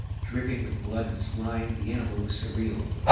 dripping with blood and slime, the animal looked surreal,